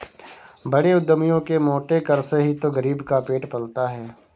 बड़े उद्यमियों के मोटे कर से ही तो गरीब का पेट पलता है